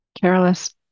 careless